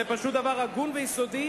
זה פשוט דבר הגון ויסודי,